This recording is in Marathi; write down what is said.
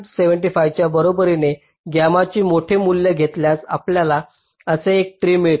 75 च्या बरोबरीने गॅमाचे मोठे मूल्य घेतल्यास आपल्याला असे एक ट्री मिळते